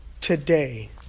today